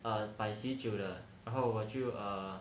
err 摆喜酒的然后我就 err